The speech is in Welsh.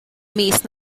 mis